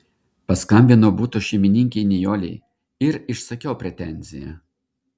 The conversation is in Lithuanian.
paskambinau buto šeimininkei nijolei ir išsakiau pretenziją